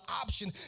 option